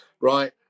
right